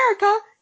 America